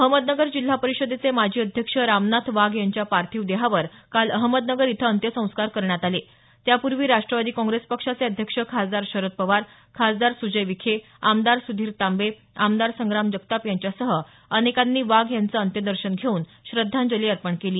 अहमदनगर जिल्हा परिषदेचे माजी अध्यक्ष रामनाथ वाघ यांच्या पार्थिव देहावर काल अहमदनगर इथं अंत्यसंस्कार करण्यात आले त्यापूर्वी राष्ट्रवादी काँग्रेस पक्षाचे अध्यक्ष खासदार शरद पवार खासदार सुजय विखे आमदार सुधीर तांबे आमदार संग्राम जगताप यांच्यासह अनेकांनी वाघ यांचं अंत्यदर्शन घेऊन श्रद्धांजली अर्पण केली